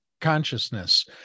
consciousness